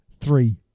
three